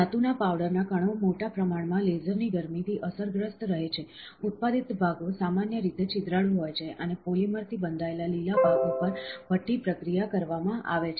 ધાતુના પાવડરના કણો મોટા પ્રમાણમાં લેસર ની ગરમીથી અસરગ્રસ્ત રહે છે ઉત્પાદિત ભાગો સામાન્ય રીતે છિદ્રાળુ હોય છે અને પોલિમર થી બંધાયેલ લીલા ભાગો પર ભઠ્ઠી પ્રક્રિયા કરવામાં આવે છે